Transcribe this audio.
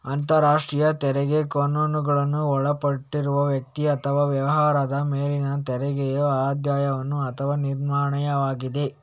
ಅಂತರರಾಷ್ಟ್ರೀಯ ತೆರಿಗೆ ಕಾನೂನುಗಳಿಗೆ ಒಳಪಟ್ಟಿರುವ ವ್ಯಕ್ತಿ ಅಥವಾ ವ್ಯವಹಾರದ ಮೇಲಿನ ತೆರಿಗೆಯ ಅಧ್ಯಯನ ಅಥವಾ ನಿರ್ಣಯವಾಗಿದೆ